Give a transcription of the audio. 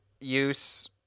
use